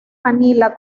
manila